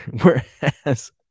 whereas